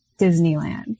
Disneyland